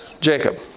Jacob